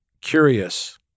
curious